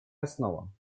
основам